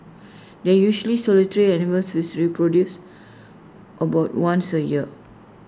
they usually solitary animals which reproduce about once A year